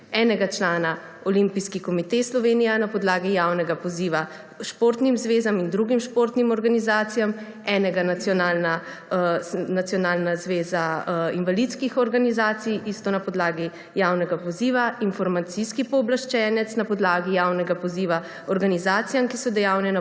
enega člana Olimpijski komite Slovenija na podlagi javnega poziva športnim zvezam in drugim športnim organizacijam, enega Nacionalna zveza invalidskih organizacij, prav tako na podlagi javnega poziva, Informacijski pooblaščenec na podlagi javnega poziva organizacijam, ki so dejavne na